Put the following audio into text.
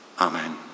Amen